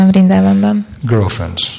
Girlfriends